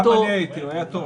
גם אני הייתי, הוא היה טוב.